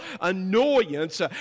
annoyance